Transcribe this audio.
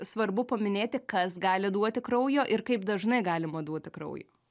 svarbu paminėti kas gali duoti kraujo ir kaip dažnai galima duoti kraujo